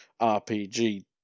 RPG